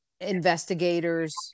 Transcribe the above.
investigators